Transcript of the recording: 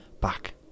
back